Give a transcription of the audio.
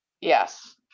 Yes